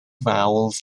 vowels